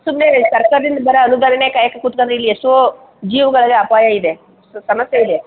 ಸುಮ್ಮನೆ ಸರ್ಕಾರ್ದಿಂದ ಬರೋ ಅನುದಾನನೇ ಕಾಯ್ತಾ ಕುತ್ಕಂಡ್ರೆ ಇಲ್ಲಿ ಎಷ್ಟೋ ಜೀವಗಳಲ್ಲಿ ಅಪಾಯ ಇದೆ ಸಮಸ್ಯೆ ಇದೆ